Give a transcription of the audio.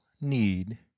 need